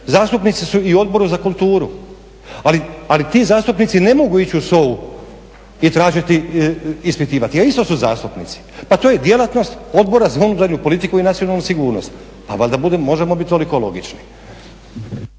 zastupnici su i u Odboru za kulturu, ali ti zastupnici ne mogu ići u SOA-u i tražiti ispitivati, a isto su zastupnici. Pa to je djelatnost Odbora za unutarnju politiku i nacionalnu sigurnost. Pa valjda možemo biti toliko logični.